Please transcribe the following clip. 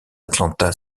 atlanta